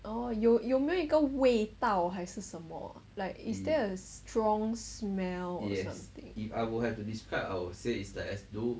oh 有没有一个味道还是什么 like is there a strong smell or something